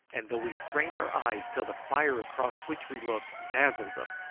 and though we strained our eyes till the fire across which we looked dazzled them,